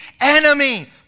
enemy